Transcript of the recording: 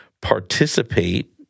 participate